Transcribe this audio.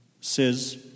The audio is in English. says